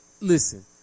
listen